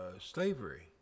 slavery